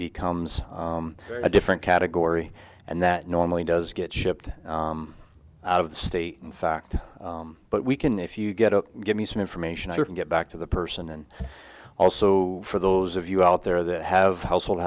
becomes a different category and that normally does get shipped out of the state in fact but we can if you get to give me some information i can get back to the person and also for those of you out there that have h